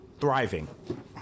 Thriving